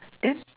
then